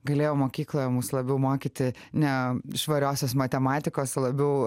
galėjo mokykloje mus labiau mokyti ne švariosios matematikos labiau